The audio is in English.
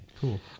cool